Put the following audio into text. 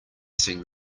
seen